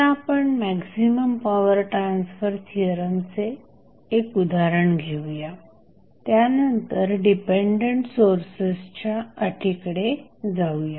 आता आपण maximum power transfer थिअरमचे एक उदाहरण घेऊया त्यानंतर डिपेंडंट सोर्सेसच्या अटीकडे जाऊया